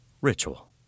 ritual